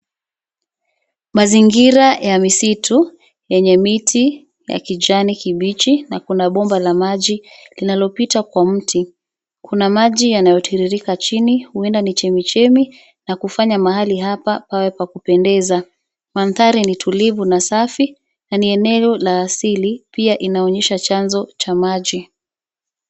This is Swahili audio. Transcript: Mazingira ya misitu yenye miti ya kijani kibichi na kuna bomba la maji linalopita kwa mti. Kuna maji yanayotiririka chini , huenda ni chemi chemi na kufanya mahali hapa pawe pa kupendeza. Mandhari ni tulivu na safi, na ni eneo la asili , pia inaonyesha chanzo cha maji.